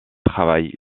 travail